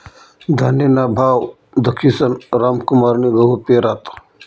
धान्यना भाव दखीसन रामकुमारनी गहू पेरात